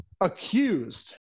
accused